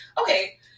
okay